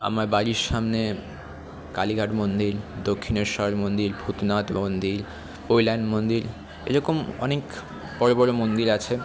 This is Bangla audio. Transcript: আমার বাড়ির সামনে কালীঘাট মন্দির দক্ষিণেশ্বর মন্দির ভূতনাথ মন্দির পৈলান মন্দির এরকম অনেক বড় বড় মন্দির আছে